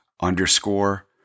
underscore